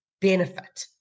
benefit